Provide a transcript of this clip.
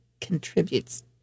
contributes